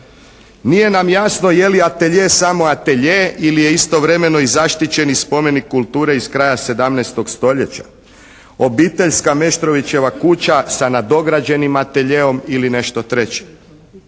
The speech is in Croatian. Nije nam jasno je li atelje samo atelje ili je istovremeno i zaštićeni spomenik kulture iz kraja 17. stoljeća, obiteljska Meštrovićeva kuća sa nadograđenim ateljeom ili nešto treće.